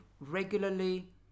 regularly